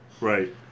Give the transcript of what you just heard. right